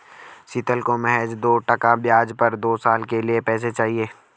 शीतल को महज दो टका ब्याज पर दो साल के लिए पैसे चाहिए